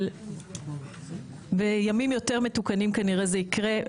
אבל בימים יותר מתוקנים כנראה זה יקרה,